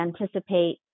anticipate